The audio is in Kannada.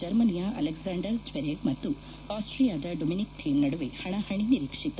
ಜರ್ಮನಿಯ ಅಲೆಕ್ಸಾಂಡರ್ ಜ್ನೆರೇವ್ ಮತ್ತು ಆಸ್ಸಿಯಾದ ಡೊಮಿನಿಕ್ ಥೀಮ್ ನಡುವೆ ಹಣಾಪಣಿ ನಿರೀಕ್ಷಿತ